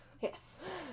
Yes